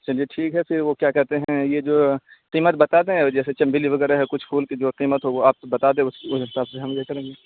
چلیے ٹھیک ہے پھر وہ کیا کہتے ہیں یہ جو قیمت بتا دیں جیسے چنبیلی وغیرہ ہے کچھ پھول کی جو قیمت ہو وہ آپ بتا دیں اس اس حساب سے ہم یہ کریں گے